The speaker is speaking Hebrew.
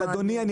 אדוני,